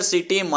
City